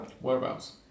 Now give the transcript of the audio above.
Whereabouts